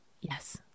Yes